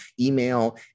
email